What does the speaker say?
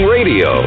Radio